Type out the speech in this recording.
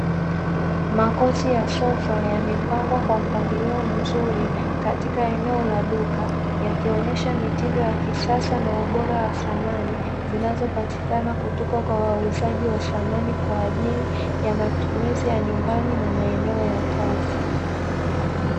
Makochi ya sofa yamepangwa kwa mpangilio mzuri katika eneo la duka yakionyesha mitindo ya kisasa na ubora wa samani zinazopatikana kutoka kwa wauzaji wa samani kwa ajili ya matumizi ya nyumbani na maeneo ya kazi.